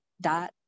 dot